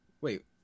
Wait